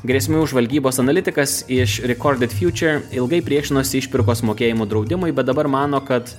grėsmių žvalgybos analitikas iš recorded future ilgai priešinosi išpirkos mokėjimų draudimui bet dabar mano kad